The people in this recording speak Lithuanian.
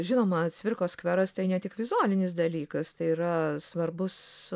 žinoma cvirkos skveras tai ne tik vizualinis dalykas tai yra svarbus